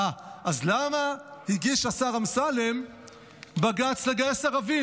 אה, אז למה הגיש השר אמסלם בג"ץ לגייס ערבים?